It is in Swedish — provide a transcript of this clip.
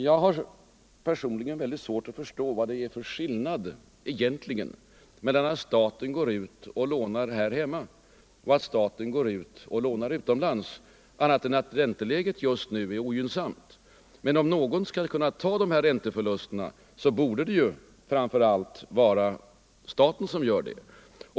Jag har personligen svårt att förstå vad det egentligen är för skillnad mellan att staten går ut och lånar här hemma och att staten lånar utomlands annat än att ränteläget utomlands just nu är ogynnsamt. Men om någon skall kunna ta dessa ränteförluster borde det framför allt vara staten.